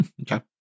Okay